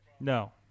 No